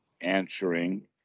answering